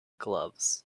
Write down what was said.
gloves